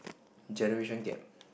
generation gap